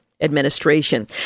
administration